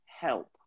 help